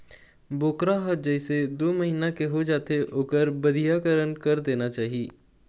बोकरा ह जइसे दू महिना के हो जाथे ओखर बधियाकरन कर देना चाही